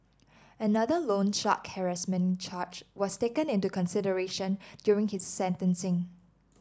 another loan shark harassment charge was taken into consideration during his sentencing